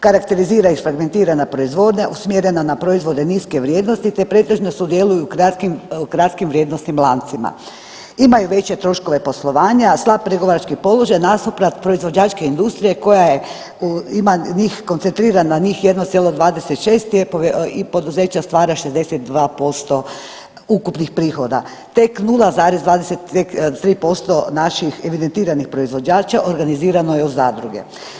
Karakterizira ih fragmentirana proizvodnja usmjerena na proizvode niske vrijednosti, te pretežno sudjeluju u kratkim, u kratkim vrijednosnim lancima, imaju veće troškove poslovanja, a slab pregovarački položaj nasuprot proizvođačke industrije koja je, ima njih, koncentriran na njih 1,26 i poduzeća stvara 62% ukupnih prihoda, tek 0,23% naših evidentiranih proizvođača organizirano je u zadruge.